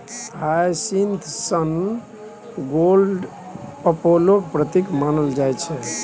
hyacinth सन गोड अपोलोक प्रतीक मानल जाइ छै